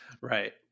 Right